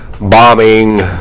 bombing